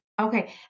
Okay